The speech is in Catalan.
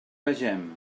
vegem